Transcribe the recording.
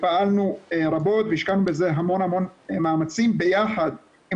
ופעלנו רבות והשקענו בזה המון המון מאמצים ביחד עם